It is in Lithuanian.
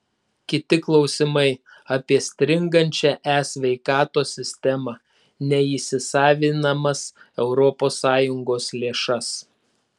kiti klausimai apie stringančią e sveikatos sistemą neįsisavinamas europos sąjungos lėšas